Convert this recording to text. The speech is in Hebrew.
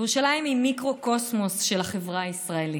ירושלים היא מיקרוקוסמוס של החברה הישראלית,